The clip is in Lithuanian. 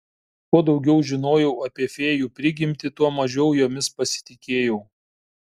kuo daugiau žinojau apie fėjų prigimtį tuo mažiau jomis pasitikėjau